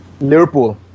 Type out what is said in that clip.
Liverpool